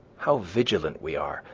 how vigilant we are!